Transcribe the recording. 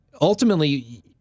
ultimately